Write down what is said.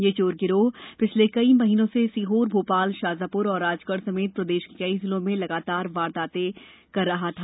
यह चोर गिरोह पिछले कई महीनों से सीहोर भोपाल शाजापुर और राजगढ़ समेत प्रदेश के कई जिलों में लगातार वारदातें कर रहा था